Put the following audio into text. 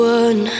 one